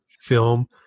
film